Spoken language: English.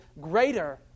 greater